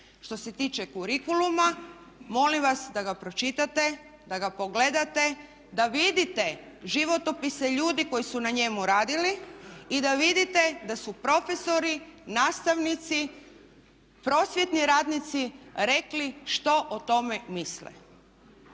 Što se tiče kurikuluma molim vas da ga pročitate, da ga pogledate da vidite životopise ljudi koji su na njemu radili i da vidite da su profesori, nastavnici, prosvjetni radnici rekli što o tome misle.